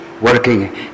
working